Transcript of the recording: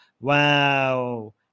Wow